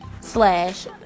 slash